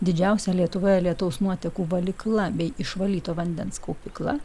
didžiausia lietuvoje lietaus nuotekų valykla bei išvalyto vandens kaupykla